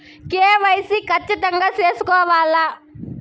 KYC ఖచ్చితంగా సేసుకోవాలా